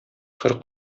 кыр